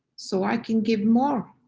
so i can give more.